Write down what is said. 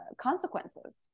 consequences